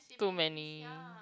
too many